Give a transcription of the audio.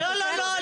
לא.